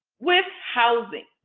with housing,